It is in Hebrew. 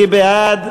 מי בעד?